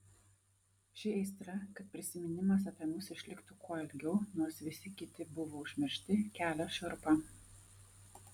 ši aistra kad prisiminimas apie mus išliktų kuo ilgiau nors visi kiti buvo užmiršti kelia šiurpą